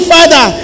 Father